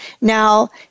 Now